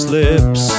lips